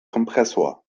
kompressor